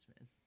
man